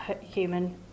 human